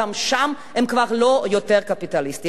גם שם הם לא יותר קפיטליסטים.